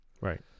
Right